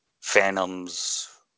Phantoms